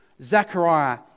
Zechariah